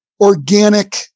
organic